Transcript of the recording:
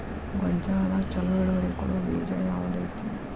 ಗೊಂಜಾಳದಾಗ ಛಲೋ ಇಳುವರಿ ಕೊಡೊ ಬೇಜ ಯಾವ್ದ್ ಐತಿ?